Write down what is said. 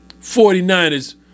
49ers